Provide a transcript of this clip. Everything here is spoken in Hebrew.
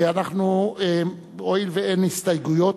הואיל ואין הסתייגויות,